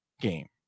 game